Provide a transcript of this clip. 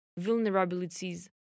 vulnerabilities